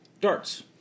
darts